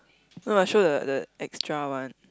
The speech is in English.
no ah show the the extra one